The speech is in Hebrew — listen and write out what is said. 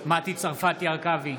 מטי צרפתי הרכבי,